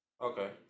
Okay